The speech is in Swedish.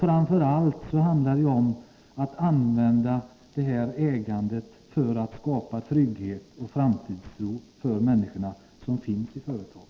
Framför allt handlar det om att använda ägandet för att skapa trygghet och framtidstro för människorna, som finns i företagen.